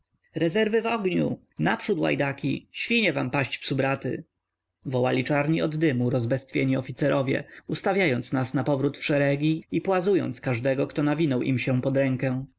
ogniu naprzód łajdaki świnie wam paść psubraty wołali czarni od dymu rozbestwieni oficerowie ustawiając nas napowrót w szeregi i płazując każdego kto nawinął im się pod rękę